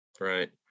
Right